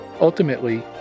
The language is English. Ultimately